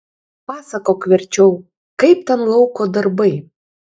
pasakok verčiau kaip ten lauko darbai